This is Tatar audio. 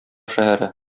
шәһәре